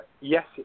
Yes